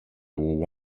who